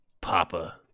Papa